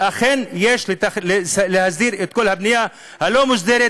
אכן, יש להסדיר את כל הבנייה הלא-מוסדרת.